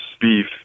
beef